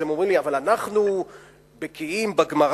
אז הם אומרים לי: אבל אנחנו בקיאים בגמרא,